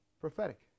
Prophetic